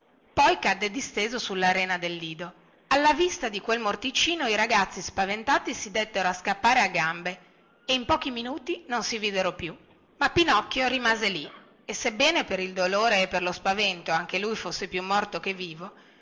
poi cadde disteso sulla rena del lido alla vista di quel morticino i ragazzi spaventati si dettero a scappare a gambe e in pochi minuti non si videro più ma pinocchio rimase lì e sebbene per il dolore e per lo spavento anche lui fosse più morto che vivo